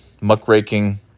muckraking